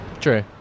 True